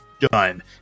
done